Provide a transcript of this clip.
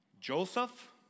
Joseph